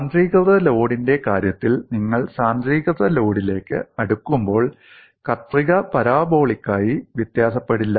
സാന്ദ്രീകൃത ലോഡിന്റെ കാര്യത്തിൽ നിങ്ങൾ സാന്ദ്രീകൃത ലോഡിലേക്ക് അടുക്കുമ്പോൾ കത്രിക പരാബോളിക്കായി വ്യത്യാസപ്പെടില്ല